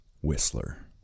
Whistler